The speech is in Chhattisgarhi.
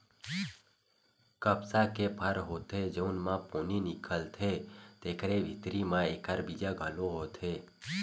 कपसा के फर होथे जउन म पोनी निकलथे तेखरे भीतरी म एखर बीजा घलो होथे